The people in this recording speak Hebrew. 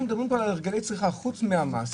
נושא המחקרים בעולם המערבי,